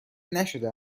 نشده